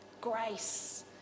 grace